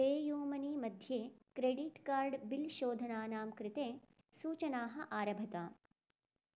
pay you मनीमध्ये credit card bill शोधनानां कृते सूचनाः आरभत